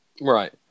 right